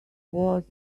was